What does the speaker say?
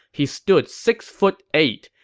he stood six foot eight,